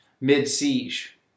mid-siege